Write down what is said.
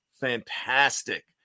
Fantastic